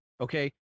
okay